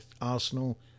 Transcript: arsenal